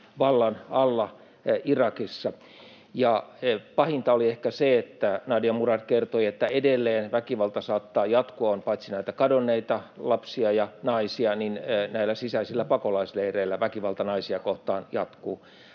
vallan alla Irakissa. Pahinta oli ehkä se, kun Nadia Murad kertoi, että edelleen väkivalta saattaa jatkua: paitsi, että on näitä kadonneita lapsia ja naisia, myös näillä sisäisillä pakolaisleireillä väkivalta naisia kohtaan jatkuu.